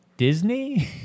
Disney